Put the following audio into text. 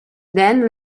then